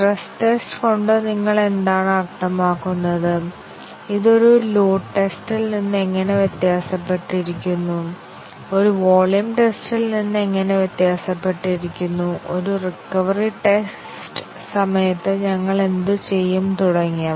stress test കൊണ്ട് നിങ്ങൾ എന്താണ് അർത്ഥമാക്കുന്നത് ഇത് ഒരു ലോഡ് ടെസ്റ്റിൽ നിന്ന് എങ്ങനെ വ്യത്യാസപ്പെട്ടിരിക്കുന്നു ഒരു വോളിയം ടെസ്റ്റിൽ നിന്ന് എങ്ങനെ വ്യത്യാസപ്പെട്ടിരിക്കുന്നു ഒരു റിക്കവറി ടെസ്റ്റ് സമയത്ത് ഞങ്ങൾ എന്തുചെയ്യും തുടങ്ങിയവ